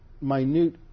minute